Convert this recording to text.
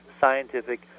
scientific